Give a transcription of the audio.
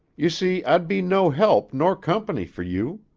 you see i'd be no help nor company fer you.